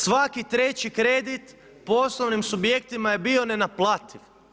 Svaki treći kredit, poslovnim subjektima je bio nenaplativ.